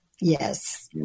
Yes